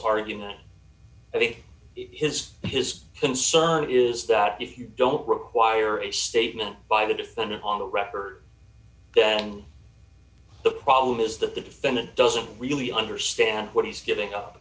argument i think it his his concern is that if you don't require a statement by the defendant on the record then the problem is that the defendant doesn't really understand what he's giving up